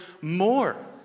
more